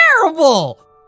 terrible